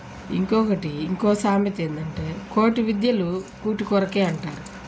ఇంకొకటి ఇంకొక సామెత ఏంటంటే కోటి విద్యలు కూటి కొరకే అంటారు